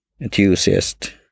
Enthusiast